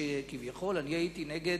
שכביכול אני הייתי נגד,